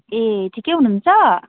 ए ठिकै हुनुहुन्छ